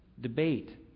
debate